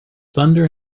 thunder